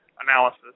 analysis